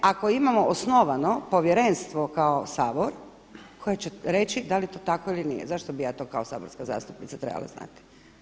Ako imamo osnovano povjerenstvo kao Sabor koje će reći da li je to tako ili nije, zašto bi ja to kao saborska zastupnica trebala znati?